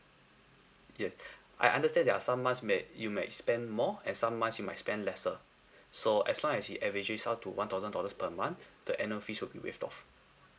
yes I understand there are some months might you might spend more and some months you might spend lesser so as long as you average out to one thousand dollars per month the annual fees will be waived off